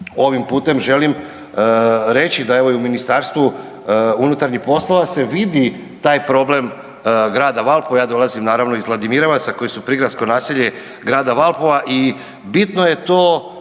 ovim putem želim reći da evo i u Ministarstvu unutarnjih poslova se vidi taj problem Grada Valpova. Ja dolazim naravno iz Ladimirovaca koji su prigradsko naselje Grada Valpova i bitno je to